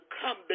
come